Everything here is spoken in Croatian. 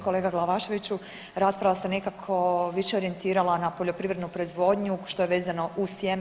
Kolega Glavaševiću rasprava se nekako više orijentirala na poljoprivrednu proizvodnju što je vezano uz cijene.